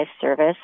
Service